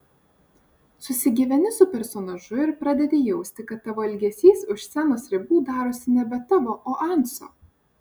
susigyveni su personažu ir pradedi jausti kad tavo elgesys už scenos ribų darosi nebe tavo o anso